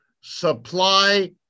supply